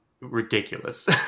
ridiculous